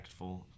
impactful